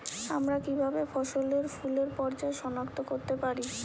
আমরা কিভাবে ফসলে ফুলের পর্যায় সনাক্ত করতে পারি?